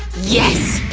yes!